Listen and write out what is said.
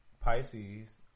Pisces